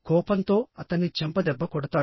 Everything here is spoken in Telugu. కోపంతో అతన్ని చెంపదెబ్బ కొడతాడు